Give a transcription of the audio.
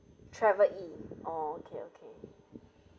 travelled in oh okay okay